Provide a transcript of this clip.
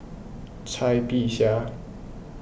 Cai Bixia